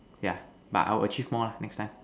yeah but I will achieve more lah next time